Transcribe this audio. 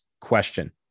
question